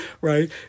Right